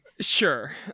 Sure